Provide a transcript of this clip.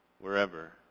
wherever